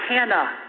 Hannah